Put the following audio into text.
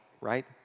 right